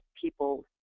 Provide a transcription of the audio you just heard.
people